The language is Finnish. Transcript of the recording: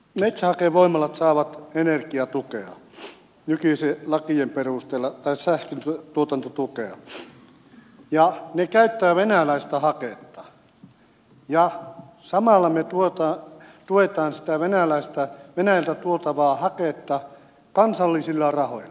meillä metsähakevoimalat saavat sähkön tuotantotukea nykyisten lakien perusteella ja ne käyttävät venäläistä haketta ja samalla me tuemme sitä venäjältä tuotavaa haketta kansallisilla rahoilla